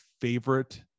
favorite